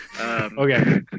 Okay